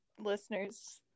listeners